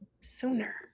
sooner